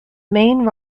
main